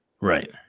right